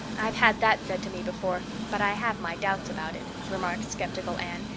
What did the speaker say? i've had that said to me before, but i have my doubts about it, remarked skeptical anne,